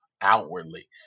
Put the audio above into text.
outwardly